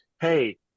Hey